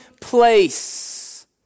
place